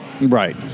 Right